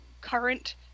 current